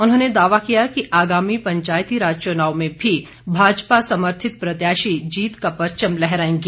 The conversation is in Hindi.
उन्होंने दावा किया कि आगामी पंचायतीराज चुनाव में भी भाजपा समर्थित प्रत्याशी जीत का परचम लहराएंगे